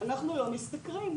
אנחנו לא משתכרים.